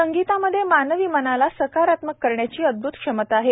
संगीतामध्ये मानवी मनाला सकारात्मक करण्याची अदभुत क्षमता आहे